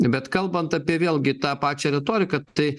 bet kalbant apie vėlgi tą pačią retoriką tai